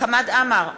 חמד עמאר,